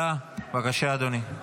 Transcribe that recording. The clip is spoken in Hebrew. בבקשה, אדוני.